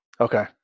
Okay